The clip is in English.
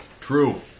True